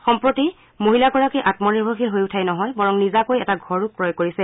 সম্প্ৰতি মহিলাগৰাকী আমনিৰ্ভশীল হৈ উটাই নহয় বৰং নিজাকৈ এটা ঘৰো ক্ৰয় কৰিছে